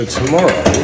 tomorrow